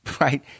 right